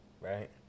right